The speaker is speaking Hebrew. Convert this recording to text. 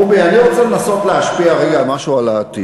רובי, אני רוצה לנסות להשפיע רגע במשהו על העתיד.